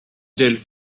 dealt